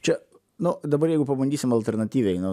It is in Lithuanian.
čia nu dabar jeigu pabandysim alternatyviai nu